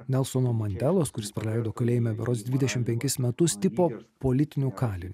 nelsono mandelos kuris praleido kalėjime berods dvidešimt penkis metus tipo politiniu kaliniu